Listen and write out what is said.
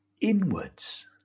inwards